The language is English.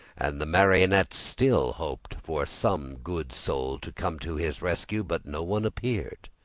and the marionette still hoped for some good soul to come to his rescue, but no one appeared.